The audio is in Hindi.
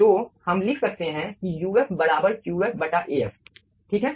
तो हम लिख सकते हैं कि uf बराबर Qf बटा Af ठीक है